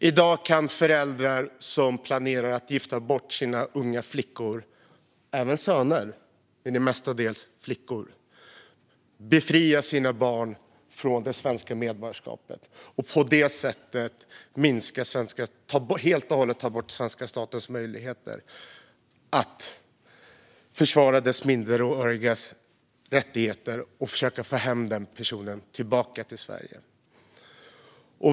I dag kan föräldrar som planerar att gifta bort sina unga döttrar - det förekommer även att man gifter bort söner, men det är mestadels flickor det handlar om - befria sina barn från det svenska medborgarskapet och på det sättet helt och hållet ta bort svenska statens möjligheter att försvara de minderårigas rättigheter och få hem personerna tillbaka till Sverige.